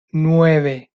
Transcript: nueve